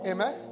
Amen